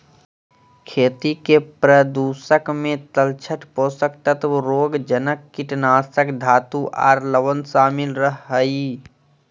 खेती के प्रदूषक मे तलछट, पोषक तत्व, रोगजनक, कीटनाशक, धातु आर लवण शामिल रह हई